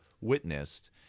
witnessed